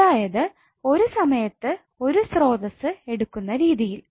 അതായത് ഒരു സമയത്ത് ഒരു സ്രോതസ്സ് എടുക്കുന്ന രീതിയിൽ